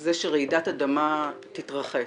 זה שרעידת אדמה תתרחש.